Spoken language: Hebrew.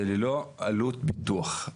וזה ללא עלות פיתוח,